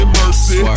mercy